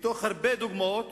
מתוך הרבה דוגמאות